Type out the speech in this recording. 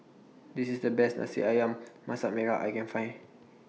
This IS The Best A See Ayam Masak Merah I Can Find